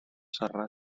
serrat